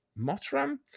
Motram